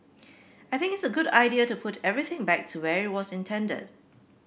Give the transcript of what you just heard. I think it's a good idea to put everything back to where it was intended